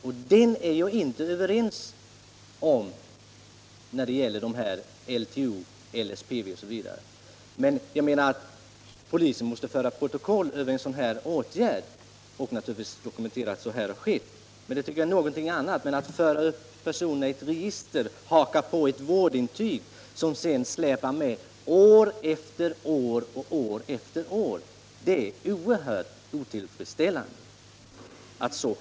Jag delar inte uppfattningen att en sådan åtgärd hör samman med LTO och LSPV. Att polisen måste föra protokoll över de åtgärder som vidtas och dokumentera vad som skett är en sak. Men att föra upp personer i ett register och därvid bifoga vårdintyg, som sedan släpar med handlingarna år efter år, det är oerhört allvarligt.